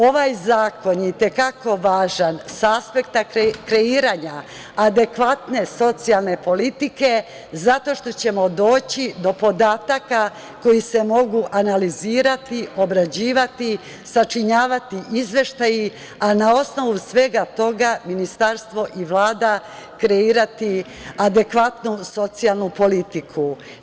Ovaj zakon je i te kako važan sa aspekta kreiranja adekvatne socijalne politike zato što ćemo doći do podataka koji se mogu analizirati, obrađivati, sačinjavati izveštaji, a na osnovu svega toga Ministarstvo i Vlada kreirati adekvatnu socijalnu politiku.